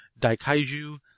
Daikaiju